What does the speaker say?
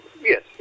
yes